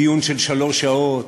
בדיון של שלוש שעות,